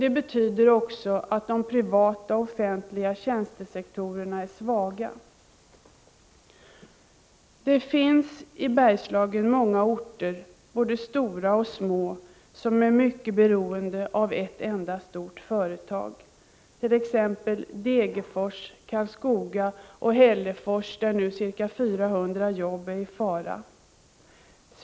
Det betyder också att de privata och offentliga tjänstesektorerna är svaga. Det finns i Bergslagen många orter, både stora och små, som är mycket beroende av ett enda stort företag. I t.ex. Degerfors, Karlskoga och Hällefors är nu ca 400 jobb i fara.